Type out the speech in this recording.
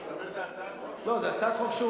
אתה אומר שזאת הצעת חוק,